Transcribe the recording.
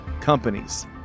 companies